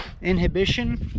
inhibition